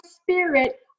spirit